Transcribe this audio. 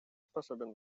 способен